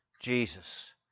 Jesus